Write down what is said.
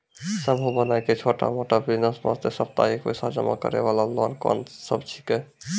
समूह बनाय के छोटा मोटा बिज़नेस वास्ते साप्ताहिक पैसा जमा करे वाला लोन कोंन सब छीके?